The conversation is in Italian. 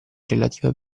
relative